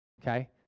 okay